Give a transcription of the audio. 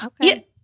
Okay